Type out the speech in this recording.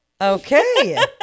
Okay